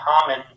Common